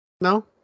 no